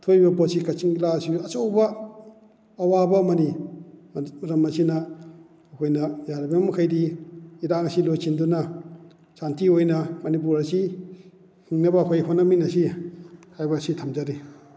ꯊꯣꯛꯏꯕ ꯄꯣꯠꯁꯤ ꯀꯛꯆꯤꯡ ꯖꯤꯂꯥ ꯑꯁꯤꯒꯤ ꯑꯆꯧꯕ ꯑꯋꯥꯕ ꯑꯃꯅꯤ ꯃꯁꯤꯅ ꯑꯩꯈꯣꯏꯅ ꯌꯥꯔꯤꯕ ꯃꯈꯩꯗꯤ ꯏꯔꯥꯡ ꯑꯁꯤ ꯂꯣꯏꯁꯤꯟꯗꯨꯅ ꯁꯥꯟꯇꯤ ꯑꯣꯏꯅ ꯃꯅꯤꯄꯨꯔ ꯑꯁꯤ ꯍꯤꯡꯅꯕ ꯑꯩꯈꯣꯏ ꯍꯣꯠꯅꯃꯤꯟꯅꯁꯤ ꯍꯥꯏꯕ ꯑꯁꯤ ꯊꯝꯖꯔꯤ